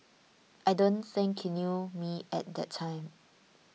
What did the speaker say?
I don't think he knew me at that time